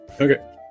Okay